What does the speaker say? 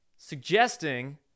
Suggesting